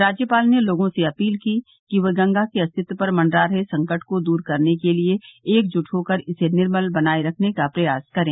राज्यपाल ने लोगों से अपील की कि वह गंगा के अस्तित्व पर मडरा रहे संकट को दूर करने के लिये एकजुट होकर इसे निर्मल बनाये रखने का प्रयास करें